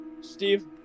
Steve